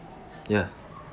ya